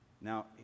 Now